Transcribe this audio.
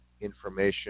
information